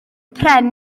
pren